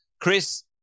chris